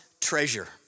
treasure